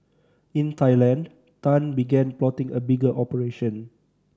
in Thailand Tan began plotting a bigger operation